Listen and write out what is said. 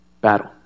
battle